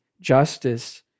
justice